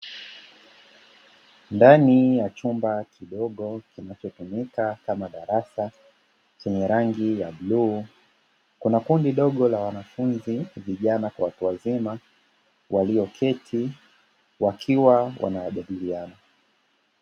Ndani ya chumba kidogo kinachotumika kama darasa chenye rangi ya bluu, kuna kundi dogo la wanafunzi vijana kwa watu wazima walioketi wakiwa wanajadiliana.